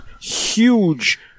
huge